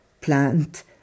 plant